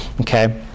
Okay